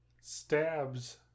stabs